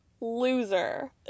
loser